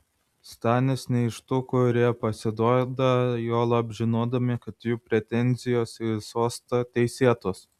stanis ne iš tų kurie pasiduoda juolab žinodami kad jų pretenzijos į sostą teisėtos